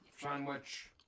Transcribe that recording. sandwich